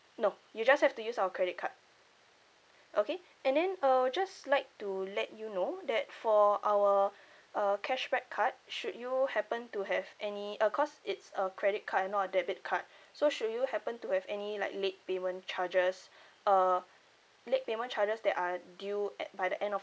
no you just have to use your credit card okay and then I would just like to let you know that for our uh cashback card should you happen to have any uh cause it's a credit card and not a debit card so should you happen to have any like late payment charges uh late payment charges that are due at by the end of